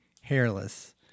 hairless